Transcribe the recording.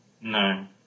No